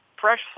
fresh